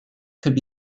could